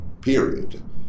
period